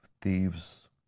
thieves